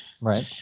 right